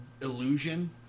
illusion